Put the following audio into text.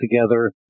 together